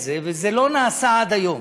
ייצר את זה, וזה לא נעשה עד היום.